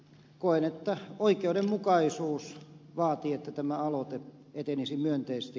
koen että oikeudenmukaisuus vaatii että tämä aloite etenisi myönteisesti